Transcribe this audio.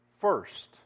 First